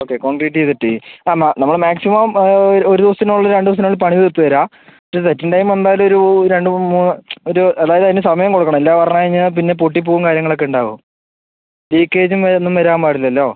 okay concrete ചെയ്തിട്ട് ആ നമ്മൾ മാക്സിമം ഒരു ദിവസത്തിന് ഉള്ളിൽ രണ്ട് ദിവസത്തിന് ഉള്ളിൽ പണി തീർത്ത് തരാം പക്ഷേ സെറ്റിംഗ് ടൈം എന്തായാലും ഒരു രണ്ട് മൂന്ന് ഒരു അതായത് അതിന് സമയം കൊടുക്കണം അല്ലാന്ന് പറഞ്ഞ് കഴിഞ്ഞാൽ പിന്നെ പൊട്ടിപ്പോകും കാര്യങ്ങളൊക്കെ ഉണ്ടാവും ലീക്കേജും കാര്യം ഒന്നും വരാൻ പാടില്ലല്ലോ